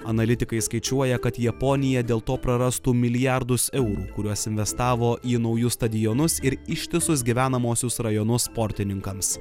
analitikai skaičiuoja kad japonija dėl to prarastų milijardus eurų kuriuos investavo į naujus stadionus ir ištisus gyvenamuosius rajonus sportininkams